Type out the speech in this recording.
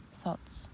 thoughts